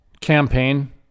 campaign